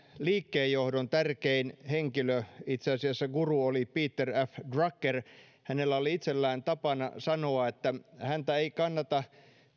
liikkeenjohdon tärkein henkilö itse asiassa guru oli peter f drucker hänellä oli itsellään tapana sanoa että häntä ei kannata